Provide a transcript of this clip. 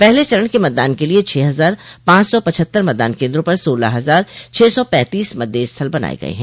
पहले चरण के मतदान के लिये छह हजार पांच सौ पचहत्तर मतदान केन्द्रों पर सोलह हजार छह सौ पैंतीस मतदेय स्थल बनाये गये हैं